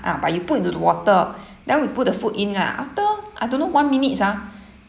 {ah] but you put into the water then we put the food in lah after I don't know one minutes ah